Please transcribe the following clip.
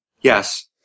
yes